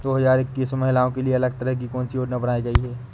दो हजार इक्कीस में महिलाओं के लिए अलग तरह की कौन सी योजना बनाई गई है?